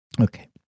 Okay